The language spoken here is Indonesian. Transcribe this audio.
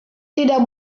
tidak